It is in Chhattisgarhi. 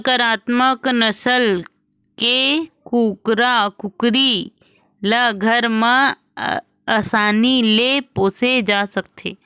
संकरामक नसल के कुकरा कुकरी ल घर म असानी ले पोसे जा सकत हे